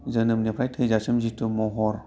जोनोमनिफ्राय थैजासिम जिथु महर